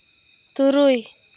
ᱛᱩᱨᱩᱭ